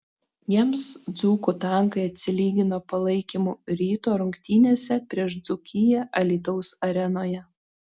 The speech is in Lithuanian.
jiems dzūkų tankai atsilygino palaikymu ryto rungtynėse prieš dzūkiją alytaus arenoje